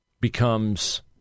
becomes